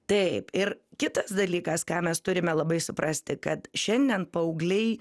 taip ir kitas dalykas ką mes turime labai suprasti kad šiandien paaugliai